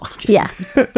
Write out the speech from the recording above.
yes